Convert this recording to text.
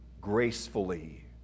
gracefully